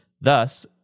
thus